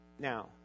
Now